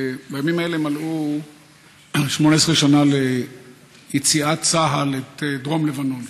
בימים האלה מלאו 18 שנה ליציאת צה"ל את דרום לבנון.